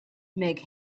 make